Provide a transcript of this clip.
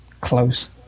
close